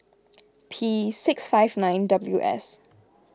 P six five nine W S